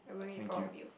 thank you